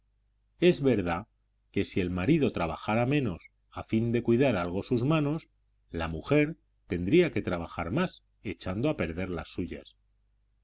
es verdad que si el marido trabajara menos a fin de cuidar algo sus manos la mujer tendría que trabajar más echando a perder las suyas